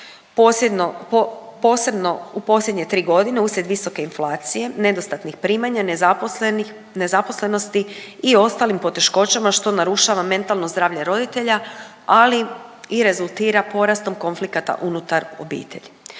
posebno u posljednje 3 godine uslijed visoke inflacije, nedostatnih primanja, nezaposlenih, nezaposlenosti i ostalim poteškoćama što narušava mentalno zdravlje roditelja, ali i rezultira porastom konflikata unutar obitelji.